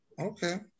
Okay